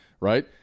Right